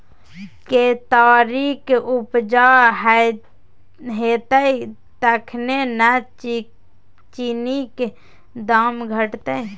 केतारीक उपजा हेतै तखने न चीनीक दाम घटतै